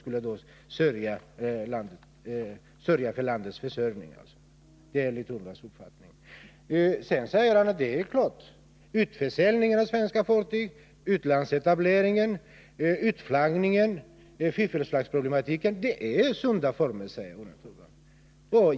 Sedan säger han att det är klart att utförsäljningen av svenska fartyg, utlandsetableringen, utflaggningen och fiffelflaggsproblematiken är sunda utvecklingsformer.